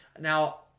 Now